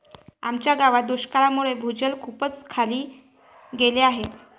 आमच्या गावात दुष्काळामुळे भूजल खूपच खाली गेले आहे